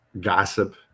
gossip